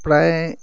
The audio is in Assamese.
প্ৰায়